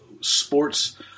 sports –